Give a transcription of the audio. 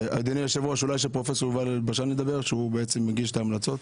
שהוא זה שבעצם הגיש את ההמלצות.